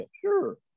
sure